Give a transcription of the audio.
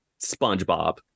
SpongeBob